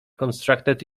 constructed